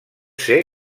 ser